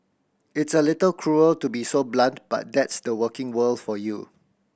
it's a little cruel to be so blunt but that's the working world for you